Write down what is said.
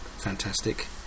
fantastic